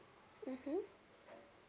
mmhmm